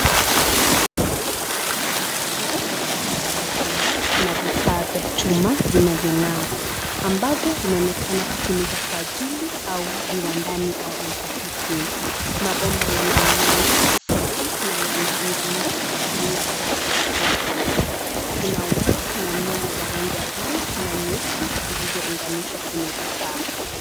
Mifumo tata ya mabomba na vifaa vya chuma vinavyong'aa ambavyo vinaonekana kutumika kwa ajili ya viwandani au utafiti. Mabomba yana unene tofauti na yanaunganishwa kwa kutumia flagile na poles . Kuna waya na nyaya za rangi ya buluu na nyeusi zilizounganishwa kwenye vifaa.